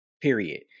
period